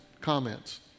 comments